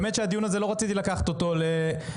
לא רציתי לקחת את הדיון הזה לרווחי